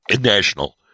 national